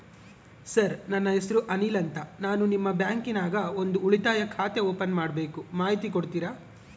Sir ನನ್ನ ಹೆಸರು ಅನಿಲ್ ಅಂತ ನಾನು ನಿಮ್ಮ ಬ್ಯಾಂಕಿನ್ಯಾಗ ಒಂದು ಉಳಿತಾಯ ಖಾತೆ ಓಪನ್ ಮಾಡಬೇಕು ಮಾಹಿತಿ ಕೊಡ್ತೇರಾ?